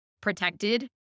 protected